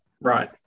Right